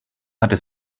hatte